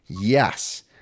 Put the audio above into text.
yes